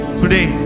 today